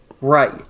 Right